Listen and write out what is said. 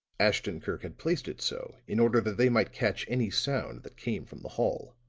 ashton-kirk had placed it so in order that they might catch any sound that came from the hall.